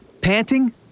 Panting